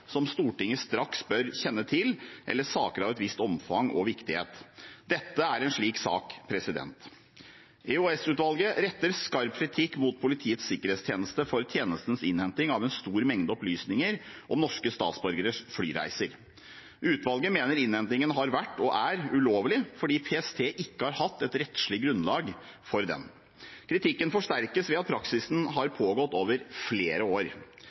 som Stortinget straks bør kjenne til, eller saker av et visst omfang og viktighet. Dette er en slik sak. EOS-utvalget retter skarp kritikk mot Politiets sikkerhetstjeneste for tjenestens innhenting av en stor mengde opplysninger om norske statsborgeres flyreiser. EOS-utvalget mener innhentingen har vært – og er – ulovlig fordi PST ikke har hatt et rettslig grunnlag for den. Kritikken forsterkes ved at praksisen har pågått over flere år.